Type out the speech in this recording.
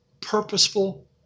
purposeful